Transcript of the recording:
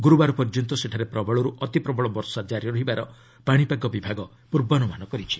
ଗୁରୁବାର ପର୍ଯ୍ୟନ୍ତ ସେଠାରେ ପ୍ରବଳରୁ ଅତିପ୍ରବଳ ବର୍ଷା ଜାରି ରହିବାର ପାଣିପାଗ ବିଭାଗ ପୂର୍ବାନୁମାନ କରିଛି